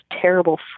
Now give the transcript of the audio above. terrible